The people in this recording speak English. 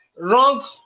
wrong